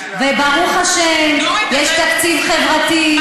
נורית, וברוך השם, יש תקציב חברתי.